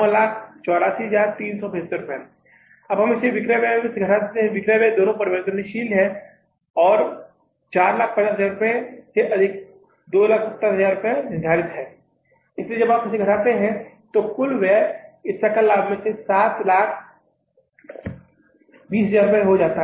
अब इससे हम विक्रय व्यय घटा रहे हैं विक्रय व्यय दोनों परिवर्तनशील हैं और 450000 से अधिक 270000 निर्धारित हैं इसलिए जब आप इसे घटाते हैं तो ये कुल व्यय इस सकल लाभ से 720000 हो जाते हैं